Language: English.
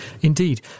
Indeed